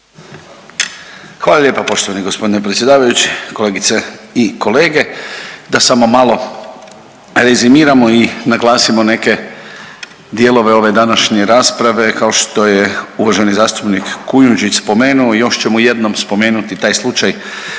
Hvala lijepa poštovani g. predsjedavajući, kolegice i kolege. Da samo malo rezimiramo i naglasimo neke dijelove ove današnje rasprave, kao što je uvaženi zastupnik Kujundžić spomenuo, još ćemo jednom spomenuti taj slučaj